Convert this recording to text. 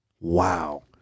Wow